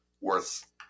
worth